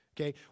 Okay